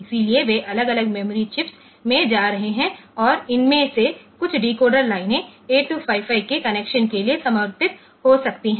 इसलिए वे अलग अलग मेमोरी चिप्स में जा रहे हैं और इनमें से कुछ डिकोडर लाइनें 8255 के कनेक्शन के लिए समर्पित हो सकती हैं